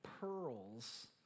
pearls